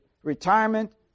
retirement